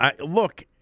Look